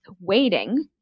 waiting